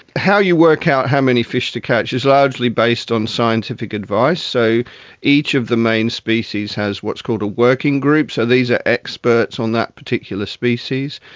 how you work out how many fish to catch is largely based on scientific advice. so each of the main species has what's called a working group, so these are experts on that particular species,